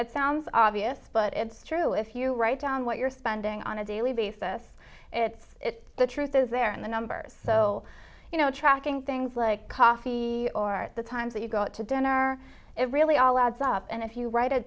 it sounds obvious but it's true if you write down what you're spending on a daily basis it's the truth is there in the numbers so you know tracking things like coffee or at the times that you go out to dinner it really all adds up and if you write